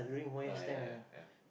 ah ya ya ya